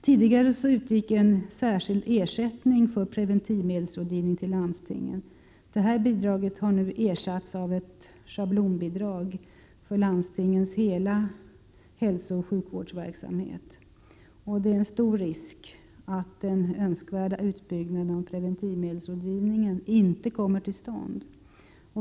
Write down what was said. Tidigare utgick en särskild ersättning till landstingen för preventivmedelsrådgivning. Detta bidrag har numera ersatts av ett schablonbidrag för landstingens hela hälsooch sjukvårdsverksamhet. Det föreligger en stor risk för att den önskvärda utbyggnaden av preventivmedelsrådgivningen inte kommer till stånd.